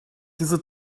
diese